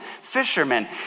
fishermen